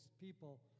people